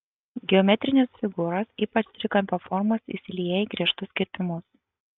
geometrinės figūros ypač trikampio formos įsilieja į griežtus kirpimus